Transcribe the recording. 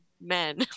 men